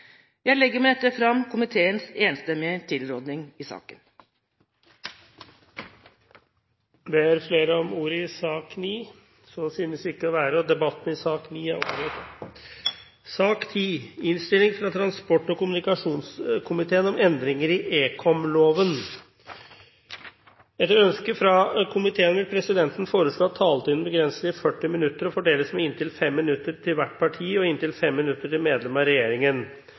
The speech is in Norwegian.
Jeg legger med dette fram komiteens enstemmige tilrådning i saken. Flere har ikke bedt om ordet til sak nr. 9. Etter ønske fra transport- og kommunikasjonskomiteen vil presidenten foreslå at taletiden begrenses til 40 minutter og fordeles med inntil 5 minutter til hvert parti og inntil 5 minutter til medlem av regjeringen.